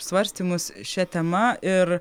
svarstymus šia tema ir